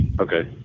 Okay